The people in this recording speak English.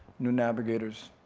new navigators.